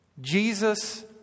Jesus